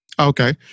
Okay